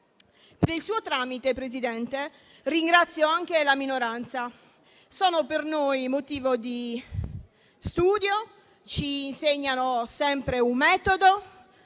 il suo tramite ringrazio anche la minoranza: sono per noi motivo di studio, ci insegnano sempre un metodo,